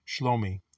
Shlomi